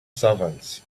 servants